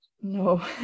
No